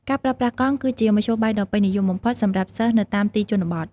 ការប្រើប្រាស់កង់គឺជាមធ្យោបាយដ៏ពេញនិយមបំផុតសម្រាប់សិស្សនៅតាមទីជនបទ។